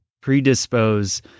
predispose